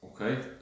Okay